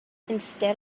instead